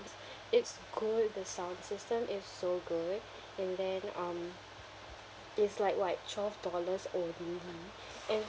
it's good the sound system is so good and then um it's like what twelve dollars only and